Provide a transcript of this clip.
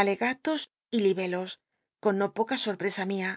ale jatos y libelos con no poc sotptesa mia